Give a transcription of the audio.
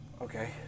Okay